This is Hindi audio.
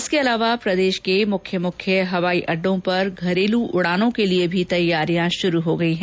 इसके अलावा प्रदेश के मुख्य मुख्य हवाई अड़डों पर घरेलू उड़ानों के लिए भी तैयारियां शुरू हो गयी है